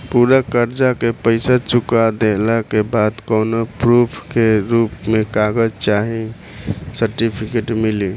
पूरा कर्जा के पईसा चुका देहला के बाद कौनो प्रूफ के रूप में कागज चाहे सर्टिफिकेट मिली?